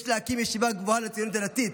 יש להקים ישיבה גבוהה לציונות הדתית,